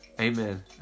Amen